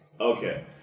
Okay